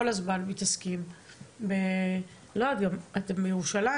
אתם בירושלים,